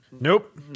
Nope